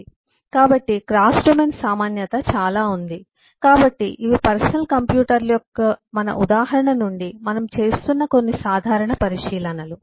కాబట్టి cross domain సామాన్యత చాలా ఉంది కాబట్టి ఇవి పర్సనల్ కంప్యూటర్ల యొక్క మన ఉదాహరణ నుండి మనం చేస్తున్న కొన్ని సాధారణ పరిశీలనలు